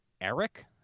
Eric